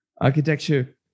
Architecture